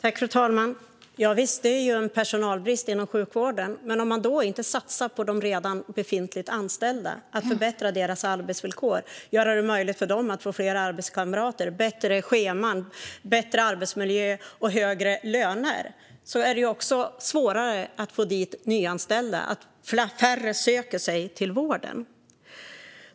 Fru talman! Javisst, det är personalbrist inom sjukvården. Men om man då inte satsar på de redan anställda och förbättrar deras arbetsvillkor, gör det möjligt för dem att få fler arbetskamrater, bättre scheman, bättre arbetsmiljö och högre löner blir det svårare att nyanställa. Färre söker sig då till vården.